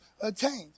attained